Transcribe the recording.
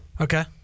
okay